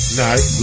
night